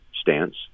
stance